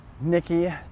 Nikki